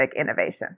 innovation